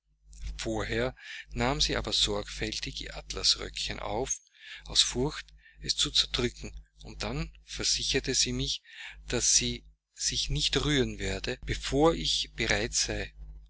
nahm sie aber sorgfältig ihr atlasröckchen auf aus furcht ihn zu zerdrücken und dann versicherte sie mich daß sie sich nicht rühren werde bevor ich bereit